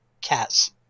cats